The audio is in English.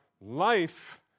Life